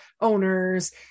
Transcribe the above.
owners